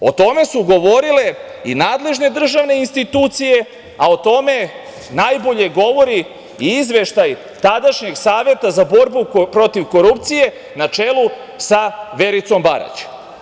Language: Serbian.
O tome su govorile i nadležne državne institucije, a o tome najbolje govori i Izveštaj tadašnjeg saveta za borbu protiv korupcije na čelu sa Vericom Barać.